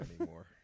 anymore